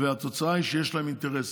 והתוצאה היא, יש להם אינטרסים.